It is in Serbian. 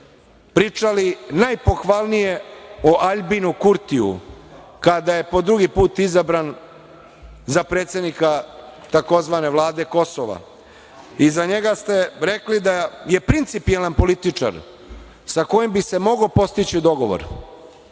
pričali najpohvalnije o Aljbinu Kurtiju kada je po drugi put izabran za predsednika tzv. vlade Kosova. I za njega ste rekli da je principijelan političar sa kojim bi se mogao postići dogovor.